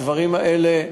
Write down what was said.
הדברים האלה,